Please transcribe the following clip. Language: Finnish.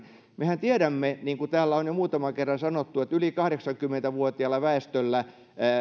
mehän tiedämme niin kuin täällä on jo muutaman kerran sanottu että yli kahdeksankymmentä vuotiaasta väestöstä